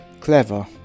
clever